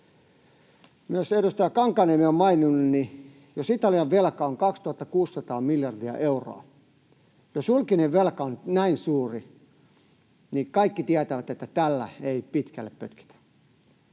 myös edustaja Kankaanniemi on maininnut, niin jos Italian velka on 2 600 miljardia euroa, jos julkinen velka on näin suuri, niin kaikki tietävät, että tällä ei pitkälle pötkitä.